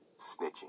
snitching